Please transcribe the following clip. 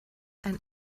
ein